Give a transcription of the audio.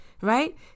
right